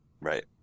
Right